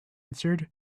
answered